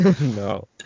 no